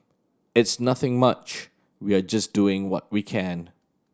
it's nothing much we are just doing what we can